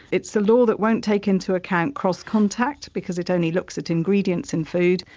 it's a law that won't take into account cross contact because it only looks at ingredients in food,